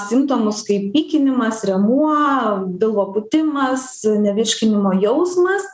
simptomus kaip pykinimas rėmuo pilvo pūtimas nevirškinimo jausmas